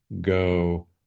go